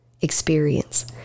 experience